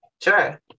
Sure